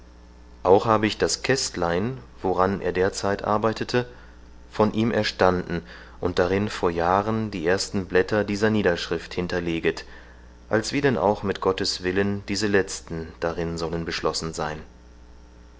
auch habe ich das kästlein woran er derzeit arbeitete von ihm erstanden und darin vor jahren die ersten blätter dieser niederschrift hinterleget alswie denn auch mit gottes willen diese letzten darin sollen beschlossen sein